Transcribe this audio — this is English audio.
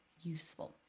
useful